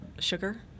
sugar